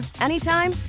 anytime